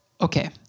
Okay